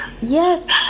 Yes